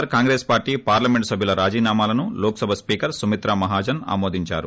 are Congress party parliament సబ్యుల రాజీనామాలను Lok Sabha speaker Sumitra Mahajan ఆమోదించారు